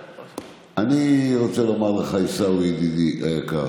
אני רוצה לומר לך, עיסאווי, ידידי היקר,